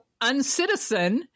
uncitizen